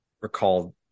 recall